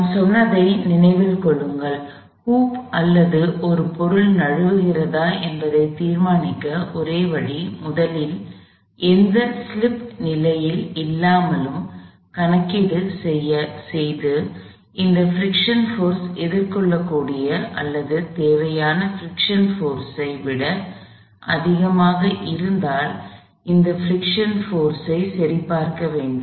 நாம் சொன்னதை நினைவில் கொள்ளுங்கள் ஹுப் அல்லது ஒரு பொருள் நழுவுகிறதா என்பதைத் தீர்மானிக்க ஒரே வழி முதலில் எந்த ஸ்லிப் நிலையில் இல்லாமல் கணக்கீடுகளைச் செய்து அந்த பிரிக்ஷன் போர்ஸ் ஏற்றுக்கொள்ளக்கூடிய அல்லது தேவையான பிரிக்ஷன் போர்ஸ் ஐ விட அதிகமாக இருந்தால் அந்த பிரிக்ஷன் போர்ஸ் ஐ சரிபார்க்க வேண்டும்